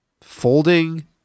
Folding